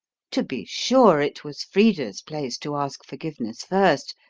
to be sure, it was frida's place to ask forgiveness first,